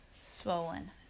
Swollen